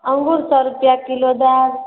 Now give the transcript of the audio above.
अङ्गूर सए रुपआ किलो दाम